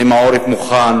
האם העורף מוכן,